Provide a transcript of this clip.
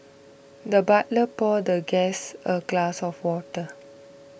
the butler poured the guest a glass of water